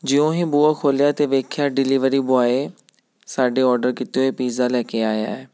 ਜਿਉਂ ਹੀ ਬੂਹਾ ਖੋਲ੍ਹਿਆ ਤਾਂ ਵੇਖਿਆ ਡਿਲੀਵਰੀ ਬੋਆਏ ਸਾਡੇ ਔਡਰ ਕੀਤੇ ਹੋਏ ਪੀਜ਼ਾ ਲੈ ਕੇ ਆਇਆ